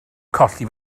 colli